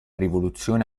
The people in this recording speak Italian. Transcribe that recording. rivoluzione